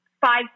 five